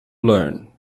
learn